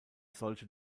solche